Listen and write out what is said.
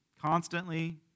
constantly